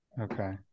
Okay